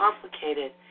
complicated